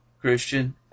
Christian